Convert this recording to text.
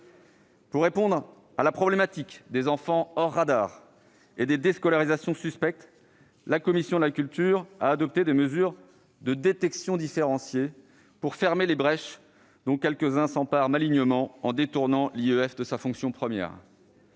Pour répondre à la problématique des enfants « hors radar » et des déscolarisations suspectes, la commission de la culture a adopté des mesures de détection différenciée afin de fermer les brèches dans lesquelles quelques-uns s'engouffrent malignement en détournant l'IEF de sa fonction première.